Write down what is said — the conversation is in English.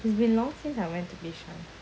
it's been long since I went to bishan